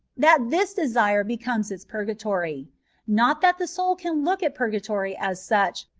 that this desire becomes its purgatory not that the soul can look at purgatory as such,